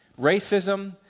racism